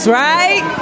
right